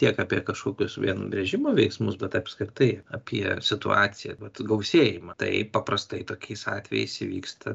tiek apie kažkokius vien režimo veiksmus bet apskritai apie situaciją vat gausėjimą tai paprastai tokiais atvejais įvyksta